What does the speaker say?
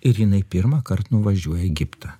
ir jinai pirmąkart nuvažiuoja į egiptą